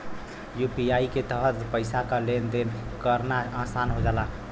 UPI के तहत पइसा क लेन देन करना आसान हो जाला